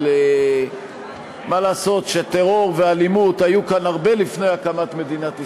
אבל מה לעשות שטרור ואלימות היו כאן הרבה לפני הקמת מדינת ישראל,